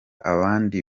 abandi